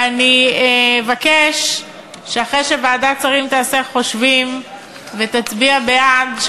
ואני אבקש שאחרי שוועדת השרים תעשה חושבים ותצביע בעד,